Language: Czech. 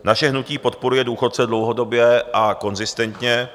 Naše hnutí podporuje důchodce dlouhodobě a konzistentně.